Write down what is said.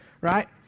right